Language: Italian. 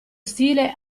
stile